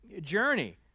journey